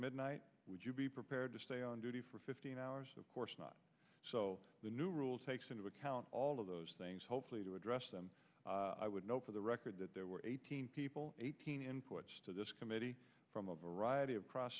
midnight would you be prepared to stay on duty for fifteen hours of course not so the new rules takes into account all of those things hopefully to address them i would note for the record that there were eighteen people eighteen input to this committee from a variety of cross